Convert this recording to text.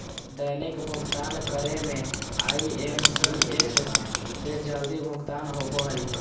दैनिक भुक्तान करे में आई.एम.पी.एस से जल्दी भुगतान होबो हइ